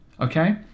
Okay